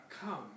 come